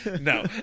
no